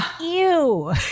ew